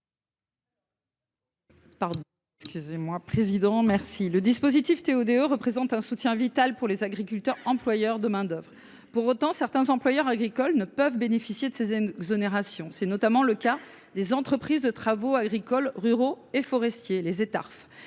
Le dispositif TO DE représente un soutien vital pour les agriculteurs employeurs de main d’œuvre. Néanmoins, certains employeurs agricoles ne peuvent bénéficier de ces exonérations. C’est notamment le cas des entreprises de travaux et services agricoles, ruraux et forestiers (Etarf),